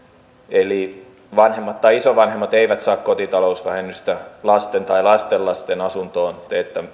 eli vanhemmat tai isovanhemmat eivät saa kotitalousvähennystä lasten tai lastenlasten asuntoon